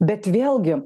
bet vėlgi